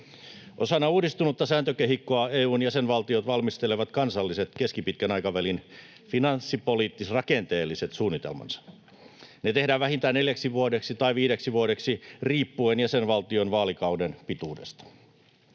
Osana uudistunutta sääntökehikkoa EU:n jäsenvaltiot valmistelevat kansalliset keskipitkän aikavälin finanssipoliittis-rakenteelliset suunnitelmansa. Ne tehdään vähintään neljäksi tai viideksi vuodeksi riippuen jäsenvaltion vaalikauden pituudesta.